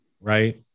right